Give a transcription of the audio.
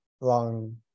long